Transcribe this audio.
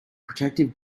protective